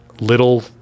little